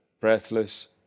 breathless